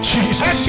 Jesus